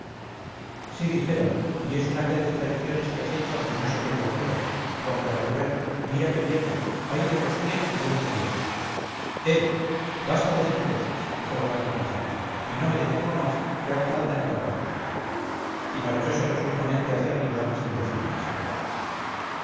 sí dijeron y es un aquel de traiciones que has hecho y no sé qué diabluras conque a correr mira que vienen aire a los pies y buenos días eh basta de simplezas dijo el gran capitán y no me detengo más que hago falta en otra parte y marchose resueltamente hacia arriba sin decir nada más